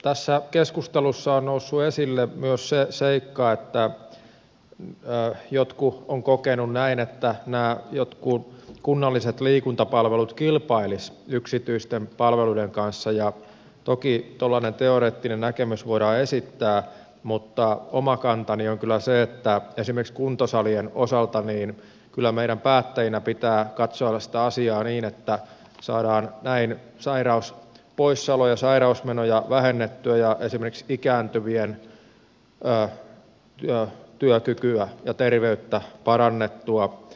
tässä keskustelussa on noussut esille myös se seikka että jotkut ovat kokeneet näin että nämä jotkut kunnalliset liikuntapalvelut kilpailisivat yksityisten palveluiden kanssa ja toki tuollainen teoreettinen näkemys voidaan esittää mutta oma kantani on kyllä se että esimerkiksi kuntosalien osalta kyllä meidän päättäjinä pitää katsella sitä asiaa niin että saadaan näin sairauspoissaoloja sairausmenoja vähennettyä ja esimerkiksi ikääntyvien työkykyä ja terveyttä parannettua